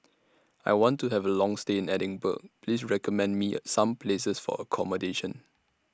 I want to Have A Long stay in Edinburgh Please recommend Me Some Places For accommodation